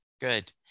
Good